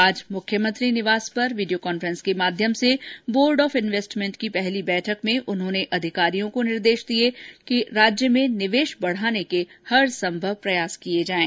आज मुख्यमंत्री निवास पर वीडियो कॉन्फ्रेंस के माध्यम से बोर्ड ऑफ इनवेस्टमेंट की पहली बैठक में उन्होंने अधिकारियों को निर्देश दिये कि राज्य में निवेश बढाने के हर संभव प्रयास किये जायें